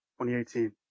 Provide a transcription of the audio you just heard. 2018